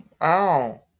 Wow